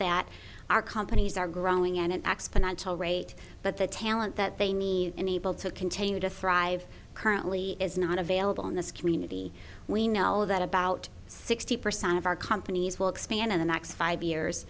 that our companies are growing at an exponential rate but the talent that they need enabled to continue to thrive currently is not available in this community we know that about sixty percent of our companies will expand in the next five years